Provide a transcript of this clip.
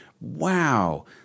Wow